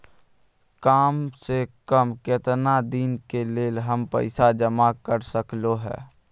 काम से कम केतना दिन के लेल हम पैसा जमा कर सकलौं हैं?